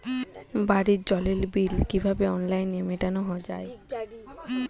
বাড়ির জলের বিল কিভাবে অনলাইনে মেটানো যায়?